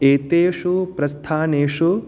एतेषु प्रस्थानेषु